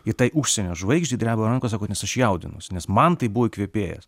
ir tai užsienio žvaigždei dreba rankos sako nes aš jaudinuos nes man tai buvo įkvėpėjas